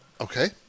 Okay